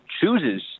chooses